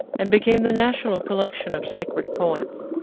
and became the national collection of sacred poems.